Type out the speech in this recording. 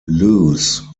loose